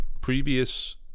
previous